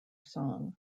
song